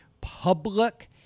public